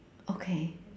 okay